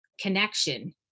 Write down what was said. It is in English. connection